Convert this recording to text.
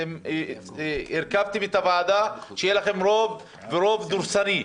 אתם הרכבתם את הוועדה שיהיה לכם רוב ורוב דורסני,